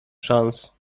szans